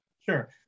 Sure